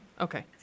Okay